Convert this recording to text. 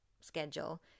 schedule